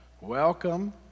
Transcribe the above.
Welcome